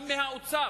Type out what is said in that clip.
גם מהאוצר,